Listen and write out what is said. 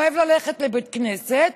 אוהב ללכת לבית כנסת,